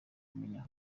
kumenya